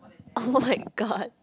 [oh]-my-god